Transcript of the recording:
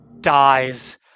dies